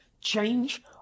change